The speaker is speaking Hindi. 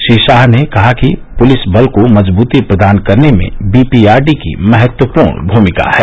श्री शाह ने कहा कि पुलिस बल को मजबूती प्रदान करने में बी पी आर डी की महत्वपूर्ण भूमिका है